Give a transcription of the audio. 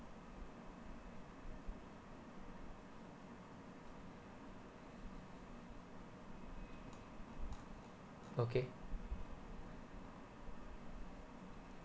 okay